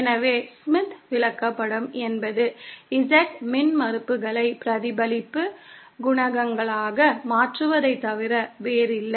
எனவே ஸ்மித் விளக்கப்படம் என்பது Z மின்மறுப்புகளை பிரதிபலிப்பு குணகங்களாக மாற்றுவதைத் தவிர வேறில்லை